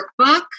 workbook